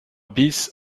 bis